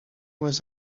was